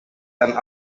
and